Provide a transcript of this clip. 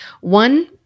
One